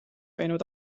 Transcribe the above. võinud